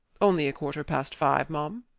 only a quarter past five, m'm.